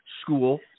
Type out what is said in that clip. school